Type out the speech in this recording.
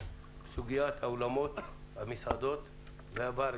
בסוגיית האולמות, המסעדות והברים.